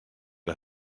dat